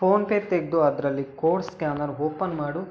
phone pay ತೆಗೆದು ಅದರಲ್ಲಿ code scanner open ಮಾಡು